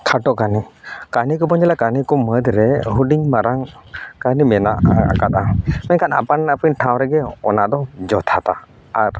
ᱠᱷᱟᱴᱚ ᱠᱟᱹᱱᱦᱤ ᱠᱟᱹᱱᱦᱤ ᱠᱚᱵᱚᱱ ᱧᱮᱞᱟ ᱠᱟᱹᱱᱦᱤ ᱠᱚ ᱢᱟᱹᱫᱽᱨᱮ ᱦᱩᱰᱤᱧ ᱢᱟᱨᱟᱝ ᱠᱟᱹᱱᱦᱤ ᱢᱮᱱᱟᱜ ᱟᱠᱟᱫᱼᱟ ᱢᱮᱱᱠᱷᱟᱱ ᱟᱯᱟᱱ ᱟᱹᱯᱤᱱ ᱴᱷᱟᱶ ᱨᱮᱜᱮ ᱚᱱᱟ ᱫᱚ ᱡᱚᱛᱷᱟᱛᱟ ᱟᱨ